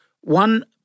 one